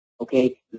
okay